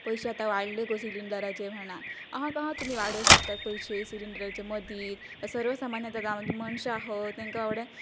पयशे आतां वाडले गो सिलिंडराचे म्हणान आहां कहां तुमी वाडोवं शकतात पयशे सिलिंडराचे मदींत सर्व सामान्य आतां जावं मनशां आह तेंकां बाबड्यांक